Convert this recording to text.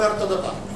הייתי אומר אותו הדבר.